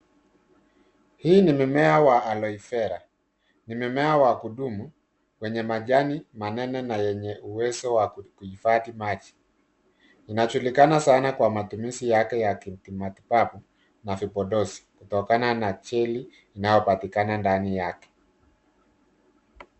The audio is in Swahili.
Hii ni mimea wa Aloe Vera. Ni mimea wa kudumu wenye majani manene na yenye uwezo wa kuhifadhi maji. Inajulikana sana kwa matumizi yake ya kimatibabu na vipodozi, kutokana na jeli inayopatikana ndani yake.